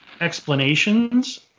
explanations